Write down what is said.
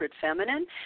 Feminine